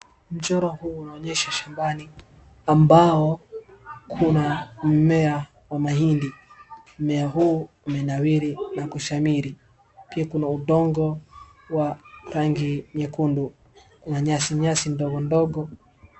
Mchoro huu unaonyesha shambani ambao, kuna mmea wa mahindi. Mmea huu umenawiri na kushamiri. Pia kuna udongo wa rangi nyekundu, na nyasi nyasi ndogo ndogo.